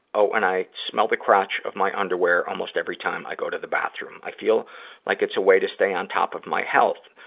and i smell the crotch of my underwear almost every time i go to the bathroom. i feel like it's a way to stay on top of my health.